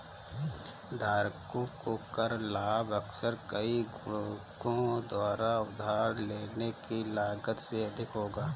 धारकों को कर लाभ अक्सर कई गुणकों द्वारा उधार लेने की लागत से अधिक होगा